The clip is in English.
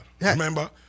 Remember